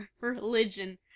religion